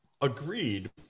agreed